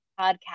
podcast